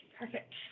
perfect